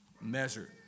measured